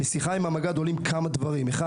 משיחה עם המג"ד עולים כמה דברים: א',